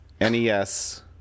nes